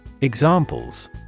Examples